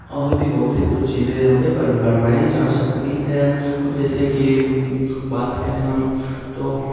اور بھی بہت ہی کچھ چیجیں یہاں پہ بنوائی جا سکتی ہے اب جیسے کہ بات کریں ہم تو